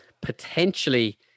potentially